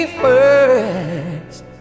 first